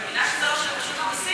אני מבינה שזה לא של רשות המסים,